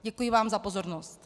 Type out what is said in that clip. Děkuji vám za pozornost.